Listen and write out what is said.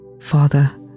Father